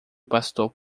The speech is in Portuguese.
pastor